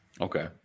okay